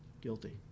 guilty